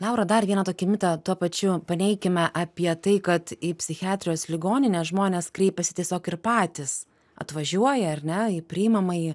laura dar vieną tokį mitą tuo pačiu paneikime apie tai kad į psichiatrijos ligoninę žmonės kreipiasi tiesiog ir patys atvažiuoja ar ne į priimamąjį